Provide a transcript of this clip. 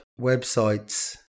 websites